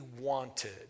wanted